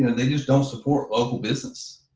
they just don't support local business,